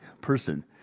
person